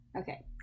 Okay